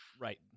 Right